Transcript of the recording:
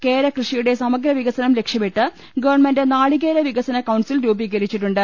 കേരകൃഷിയുടെ സമഗ്ര വികസനം ലക്ഷ്യമിട്ട് ഗവൺമെന്റ് നാളി കേര വികസന കൌൺസിൽ രൂപീകരിച്ചിട്ടുണ്ട്